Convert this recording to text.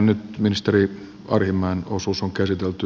nyt ministeri arhinmäen osuus on käsitelty